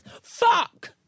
Fuck